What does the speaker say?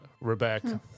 Rebecca